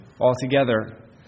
altogether